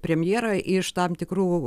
premjerą iš tam tikrų